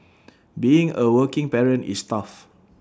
being A working parent is tough